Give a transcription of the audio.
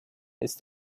ist